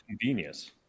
convenient